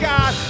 God